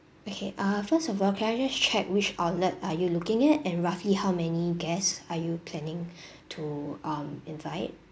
okay err first of all can I just check which outlet are you looking at and roughly how many guests are you planning to um invite